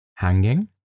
Hanging